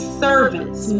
servants